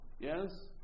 Yes